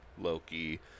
loki